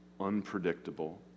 unpredictable